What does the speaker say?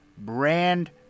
brand